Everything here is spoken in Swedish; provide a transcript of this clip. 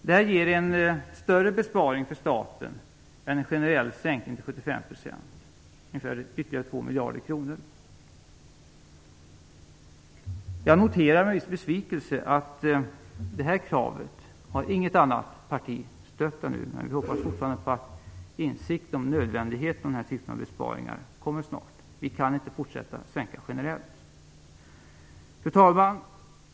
Det här ger en större besparing för staten än en generell sänkning till 75 %, dvs. ytterligare ungefär 2 Jag noterar med viss besvikelse att inget annat parti ännu har stött det här kravet, men vi hoppas fortfarande att insikten om nödvändigheten av den här typen av besparingar kommer snart. Vi kan inte fortsätta att sänka generellt. Fru talman!